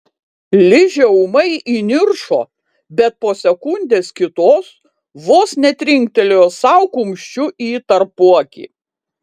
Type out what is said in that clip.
ližė ūmai įniršo bet po sekundės kitos vos netrinktelėjo sau kumščiu į tarpuakį